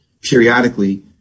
periodically